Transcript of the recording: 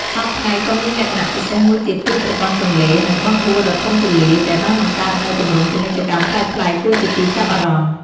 សព្វថ្ងៃក៏មានលក្ខណៈពិសេសមួយទៀតគឺប្រព័ន្ធទន្លេ និងបឹងបួដ៏ធំទូលាយ ដែលបានបង្កើតនូវទម្រង់ពាណិជ្ជកម្មប្លែកៗគួរជាទីចាប់អារម្មណ៍។